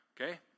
Okay